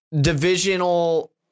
divisional